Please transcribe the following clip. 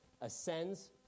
ascends